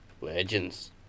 Legends